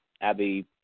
Abby